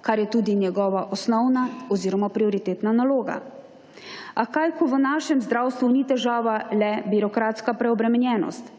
kar je tudi njegova osnovna oziroma prioritetna naloga. A kaj, ko v našem zdravstvu ni težava le birokratska preobremenjenost.